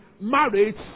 marriage